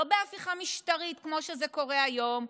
לא בהפיכה משטרית כמו שזה קורה היום.